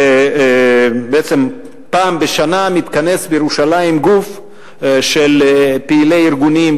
ופעם בשנה מתכנס בירושלים גוף של פעילי ארגונים,